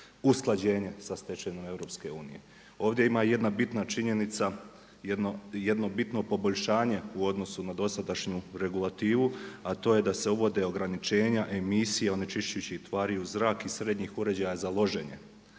usklađenje sa stečevinom EU. Ovdje ima jedna bitna činjenica, jedno bitno poboljšanje u odnosu na dosadašnju regulativu, a to je da se uvode ograničenja emisija onečišćujućih tvari u zrak i srednjih uređaja za loženje,